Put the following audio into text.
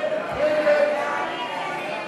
ההסתייגויות לסעיף 19,